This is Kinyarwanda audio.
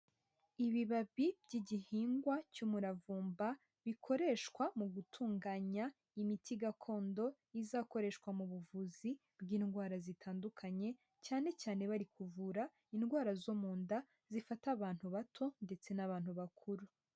Ibibabi by'igihingwa cy'umuravumba bikoreshwa mu gutunganya imiti gakondo izakoreshwa mu buvuzi bw'indwara zitandukanye, cyanecyane bari kuvura indwara zo mu nda zifata abantu bato ndetse n'abantu bakuru.